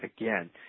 again